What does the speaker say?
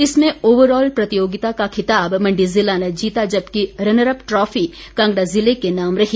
इसमें overall प्रतियोगिता का खिताब मण्डी ज़िला ने जीता जबकि रनर अप ट्रॉफी कांगड़ा ज़िले के नाम रही